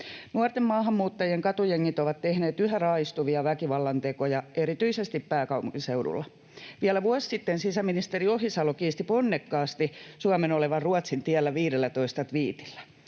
Nuorten maahanmuuttajien katujengit ovat tehneet yhä raaistuvia väkivallantekoja erityisesti pääkaupunkiseudulla. Vielä vuosi sitten sisäministeri Ohisalo kiisti ponnekkaasti viidellätoista tviitillä